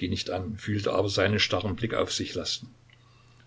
nicht an fühlte aber seinen starren blick auf sich lasten